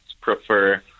prefer